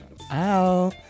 Ow